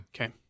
Okay